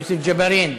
יוסף ג'בארין,